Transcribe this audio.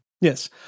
yes